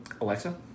Alexa